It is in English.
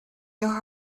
your